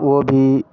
वो भी